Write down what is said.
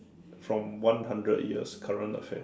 from one hundred years current affairs